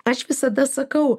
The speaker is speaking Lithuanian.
aš visada sakau